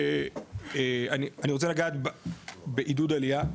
אני רוצה לגעת בעידוד עלייה,